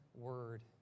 word